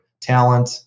talent